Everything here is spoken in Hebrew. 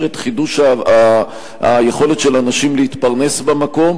את חידוש היכולת של אנשים להתפרנס במקום.